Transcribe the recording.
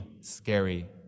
scary